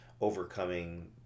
overcoming